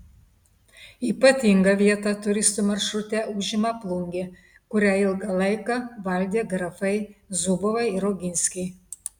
ypatingą vietą turistų maršrute užima plungė kurią ilgą laiką valdė grafai zubovai ir oginskiai